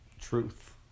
truth